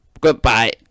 goodbye